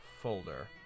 Folder